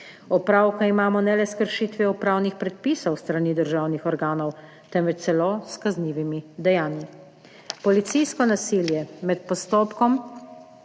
Opravka imamo ne le s kršitvijo pravnih predpisov s strani državnih organov, temveč celo s kaznivimi dejanji. Policijsko nasilje, med postopkom